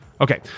Okay